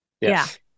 Yes